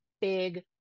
big